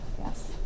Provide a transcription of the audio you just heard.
Yes